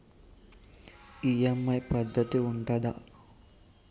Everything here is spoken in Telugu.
ఈ.ఎమ్.ఐ పద్ధతి ఉంటదా?